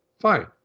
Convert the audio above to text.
Fine